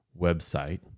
website